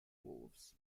wolves